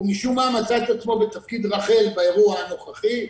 הוא משום מה מצא את עצמו בתפקיד רח"ל באירוע הנוכחי,